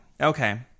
Okay